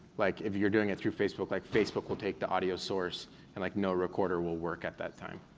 like if you're doing it through facebook, like facebook will take the audio source and like no recorder will work at that time.